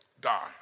Die